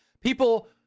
people